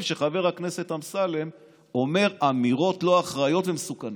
שחבר הכנסת אמסלם אומר אמירות לא אחראיות ומסוכנות.